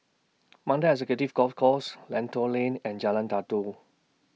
Mandai Executive Golf Course Lentor Lane and Jalan Datoh